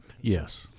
Yes